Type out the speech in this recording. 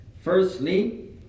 firstly